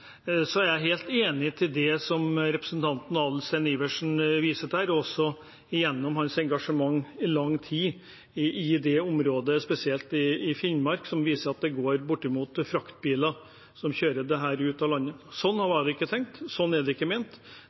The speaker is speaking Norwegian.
så jeg føler meg beroliget, men allikevel er jeg helt enig i det som representanten Adelsten Iversen viser til her, også gjennom hans engasjement i lang tid på dette området, spesielt i Finnmark, at det bortimot går fraktbiler som kjører dette ut av landet. Sånn var det ikke tenkt, sånn er det ikke ment,